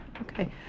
Okay